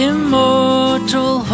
Immortal